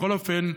בכל אופן,